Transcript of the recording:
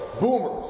Boomers